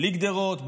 בלי גדרות,